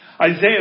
Isaiah